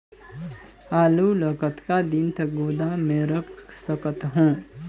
आलू ल कतका दिन तक गोदाम मे रख सकथ हों?